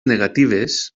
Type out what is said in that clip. negatives